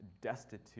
destitute